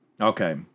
Okay